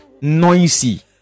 noisy